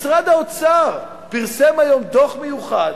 משרד האוצר פרסם היום דוח מיוחד